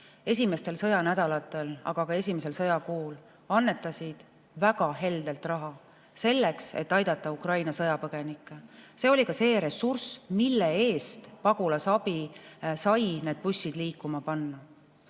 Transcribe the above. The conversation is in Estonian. esimestel sõjanädalatel, aga ka kogu esimesel sõjakuul väga heldelt raha, et aidata Ukraina sõjapõgenikke. See oli see ressurss, mille eest pagulasabi sai need bussid liikuma panna.